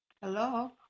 Hello